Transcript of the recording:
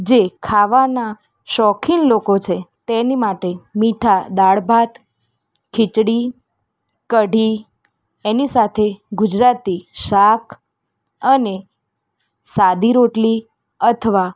જે ખાવાના શોખીન લોકો છે તેની માટે મીઠા દાળ ભાત ખીચડી કઢી એની સાથે ગુજરાતી શાક અને સાદી રોટલી અથવા